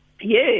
Yes